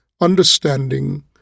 understanding